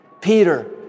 Peter